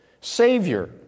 savior